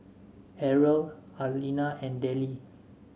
Harrell Arlena and Dellie